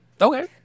okay